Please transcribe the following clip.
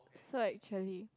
so actually